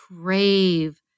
crave